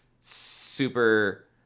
Super